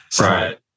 Right